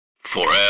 FOREVER